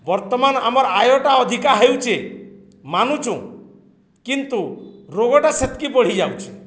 ବର୍ତ୍ତମାନ ଆମର୍ ଆୟଟା ଅଧିକା ହେଉଛେ ମାନୁଛୁଁ କିନ୍ତୁ ରୋଗଟା ସେତ୍କି ବଢ଼ିଯାଇଛି